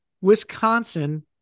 Wisconsin